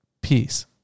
Peace